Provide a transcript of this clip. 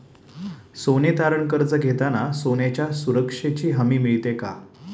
सोने तारण कर्ज घेताना सोन्याच्या सुरक्षेची हमी मिळते का?